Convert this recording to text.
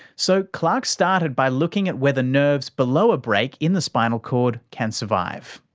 so clark started by looking at whether nerves below a break in the spinal cord can survive.